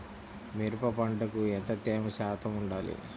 మిరప పంటకు ఎంత తేమ శాతం వుండాలి?